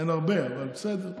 אין הרבה, אבל בסדר,